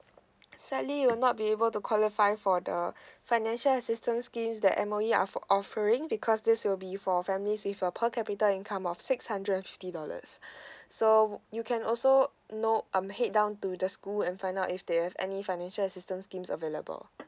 sadly you will not be able to qualify for the financial assistance scheme that M_O_E are offering because this will be for families with a per capita income of six hundred and fifty dollars so you can also know um head down to the school and find out if they have any financial assistance schemes available